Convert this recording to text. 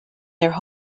their